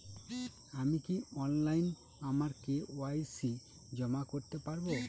আমি কি অনলাইন আমার কে.ওয়াই.সি জমা করতে পারব?